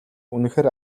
үнэхээр